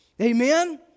Amen